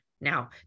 now